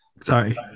Sorry